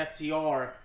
FTR